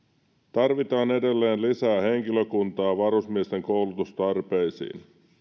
tarvitaan edelleen lisää henkilökuntaa varusmiesten koulutustarpeisiin